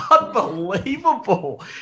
Unbelievable